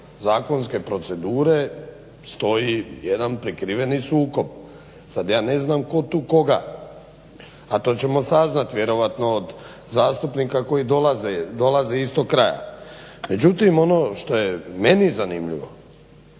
zakonske procedure stoji jedan prekriveni sukob. Sad ja ne znam ko tu koga, a to ćemo saznati vjerojatno od zastupnika koji dolaze, dolaze iz tog kraja. Međutim, ono što je meni zanimljivo,